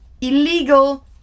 illegal